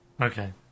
Okay